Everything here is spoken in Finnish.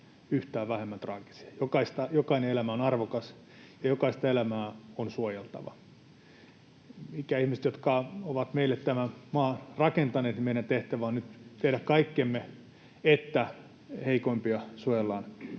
yhtään vähemmän traagisia. Jokainen elämä on arvokas, ja jokaista elämää on suojeltava. Ikäihmiset ovat meille tämän maan rakentaneet, ja meidän tehtävämme on nyt tehdä kaikkemme, että heikoimpia suojellaan